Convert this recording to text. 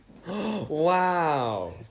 Wow